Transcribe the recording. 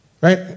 Right